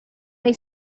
they